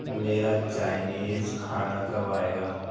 میرا چائنیز کھانا کب آئے گا